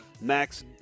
Max